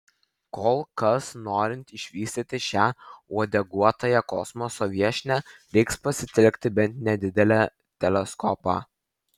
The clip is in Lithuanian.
kol kas norint išvysti šią uodeguotąją kosmoso viešnią reiks pasitelkti bent nedidelį teleskopą